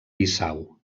bissau